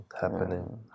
happening